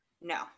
no